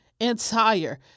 entire